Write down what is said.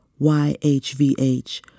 YHVH